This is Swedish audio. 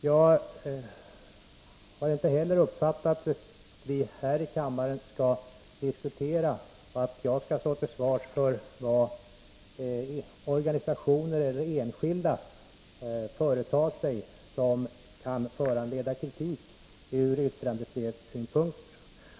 Jag har inte heller uppfattat att jag här i kammaren skall stå till svars för vad organisationer eller enskilda företar sig som kan föranleda kritik ur yttrandefrihetssynpunkter.